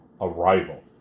arrival